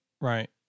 Right